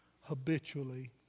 habitually